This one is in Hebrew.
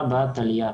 הא בהא תליא.